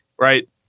right